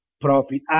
profit